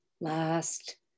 last